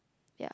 yeah